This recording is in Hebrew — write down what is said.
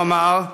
הוא אמר,